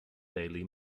daily